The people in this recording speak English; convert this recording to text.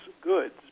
goods